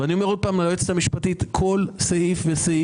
אני אומר עוד פעם ליועצת המשפטית: בכל סעיף וסעיף